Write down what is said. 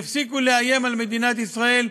יפסיקו לאיים על מדינת ישראל,